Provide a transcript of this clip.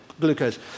glucose